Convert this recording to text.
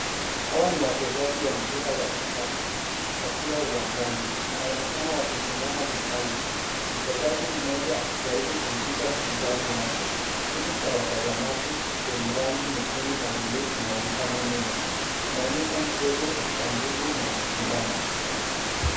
Hawa ni wachezaji wa mpira wa kikapu, wakiwa uwanjani. Wanaonekana wakishindana vikali, mchezaji mmoja akijaribu kumpita mpinzani wake. Kiti cha watazamaji chenye rangi nyekundu na bluu kinaonekana nyuma. Inaonyesha mchezo wa nguvu na ushindani.